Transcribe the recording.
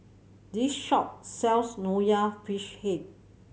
this shop sells Nonya Fish Head